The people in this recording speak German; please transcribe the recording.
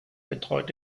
betreut